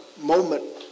moment